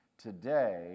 today